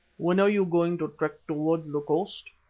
when are you going to trek towards the coast?